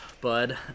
bud